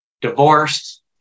Divorced